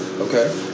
Okay